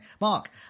Mark